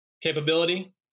capability